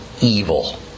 evil